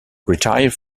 retired